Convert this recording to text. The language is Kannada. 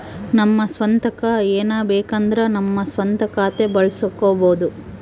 ನಮ್ಮ ಸ್ವಂತಕ್ಕ ಏನಾರಬೇಕಂದ್ರ ನಮ್ಮ ಸ್ವಂತ ಖಾತೆ ಬಳಸ್ಕೋಬೊದು